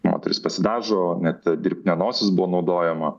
moteris pasidažo net dirbtinė nosis buvo naudojama